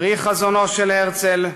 פרי חזונו של הרצל,